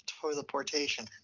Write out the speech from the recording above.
teleportation